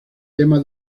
tema